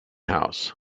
house